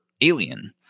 alien